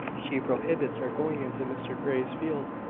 she prohibits our going into mr grey's field.